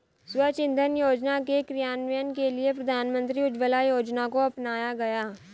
स्वच्छ इंधन योजना के क्रियान्वयन के लिए प्रधानमंत्री उज्ज्वला योजना को अपनाया गया